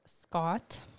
scott